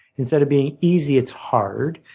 instead of being easy, it's hard.